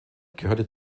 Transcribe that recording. gehört